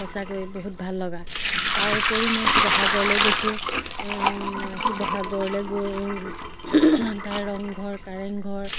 সঁচাকৈ বহুত ভাল লগা তাৰ উপৰি মই শিৱসাগৰলৈ গৈছোঁ শিৱসাগৰলৈ গৈ তাৰ ৰংঘৰ কাৰেংঘৰ